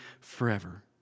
forever